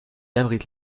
abrite